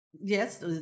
Yes